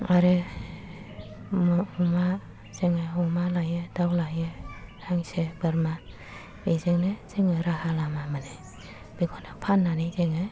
आरो अमा जोङो अमा लायो दाव लायो हांसो बोरमा बेजोंनो जोङो राहा लामा मोनो बेखौनो फान्नानै जोङो